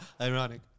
Ironic